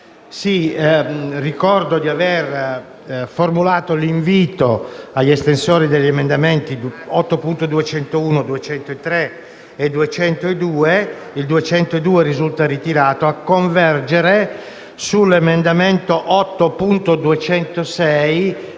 Ricordo di aver formulato l'invito agli estensori degli emendamenti 8.201 e 8.203 (l'emendamento 8.202 era stato ritirato) a convergere sull'emendamento 8.206,